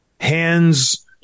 Hands